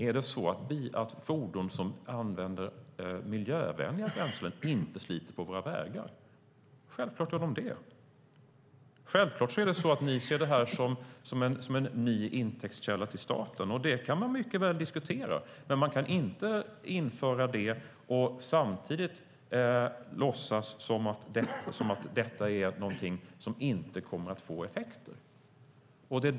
Är det så att fordon som använder miljövänliga bränslen inte sliter på våra vägar? Självklart gör de det! Givetvis ser ni här en ny intäktskälla för staten. Det kan man mycket väl diskutera. Men det går inte att införa detta om man samtidigt låtsas att det är någonting som inte kommer att få effekter.